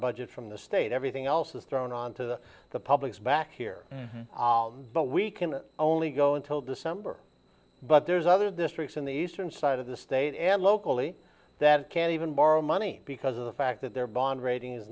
budget from the state everything else is thrown on to the publics back here but we can only go until december but there's other districts in the eastern side of the state and locally that can even borrow money because of the fact that their bond rating